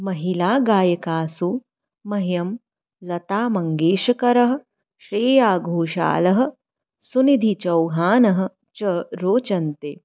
महिला गायिकासु मह्यं लतामङ्गेश्करः श्रेयाघोषालः सुनिधिचौहानः च रोचन्ते